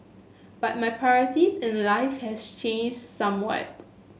but my priorities in life has changed somewhat